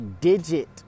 digit